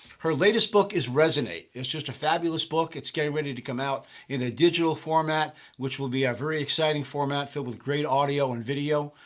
her latest book is resonate. it's just a fabulous book, it's getting ready to come out in a digital format which will be a very exciting format that was great audio and video.